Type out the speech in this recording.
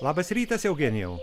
labas rytas eugenijau